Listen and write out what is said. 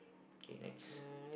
okay next